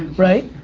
right?